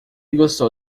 gostou